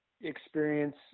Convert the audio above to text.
experience